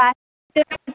আর